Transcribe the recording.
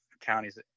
counties